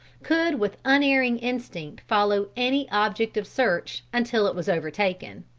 could with unerring instinct follow any object of search, until it was overtaken.